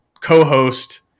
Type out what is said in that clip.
co-host